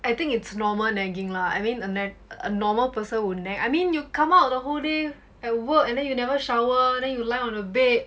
I think it's normal nagging lah I mean a normal person would nag I mean you come out the whole day at work and then you never shower then you lie on the bed